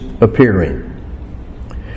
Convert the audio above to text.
appearing